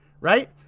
right